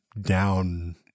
down